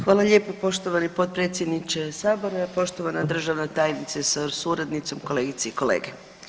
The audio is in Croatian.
Hvala lijepo poštovani potpredsjedniče Sabora, poštovana državna tajnice sa suradnicom, kolegice i kolege.